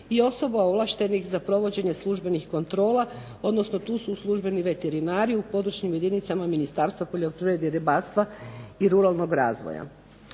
i osoba ovlaštenih za provođenje službenih kontrola, odnosno tu su službeni veterinari u područnim jedinicama Ministarstva poljoprivrede, ribarstva i ruralnog razvoja.